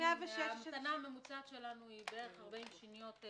ההמתנה הממוצעת שלנו היא כ-40 שניות,